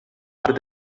part